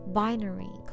binary